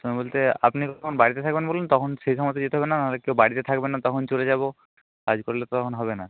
সেরকম বলতে আপনি কখন বাড়িতে থাকবেন বলুন তখন সেই সময় তো যেতে হবে না নাহলে কেউ বাড়িতে থাকবে না তখন চলে যাবো করলে তখন হবে না